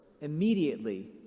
immediately